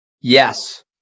Yes